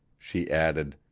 she added,